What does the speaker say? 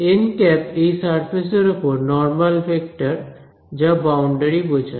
nˆ এই সারফেসের উপর নর্মাল ভেক্টর যা বাউন্ডারি বোঝায়